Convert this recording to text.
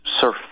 surf